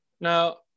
Now